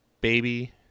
baby